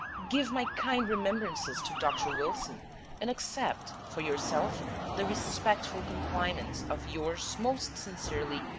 give my kind remembrances to dr. wilson and accept for yourself the respectful compliments of yours most sincerely,